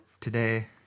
today